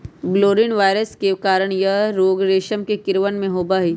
बोरोलीना virus के कारण यह रोग रेशम के कीड़वन में होबा हई